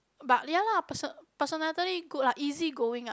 but ya lah person personality good ah easy going ah